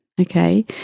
okay